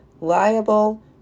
liable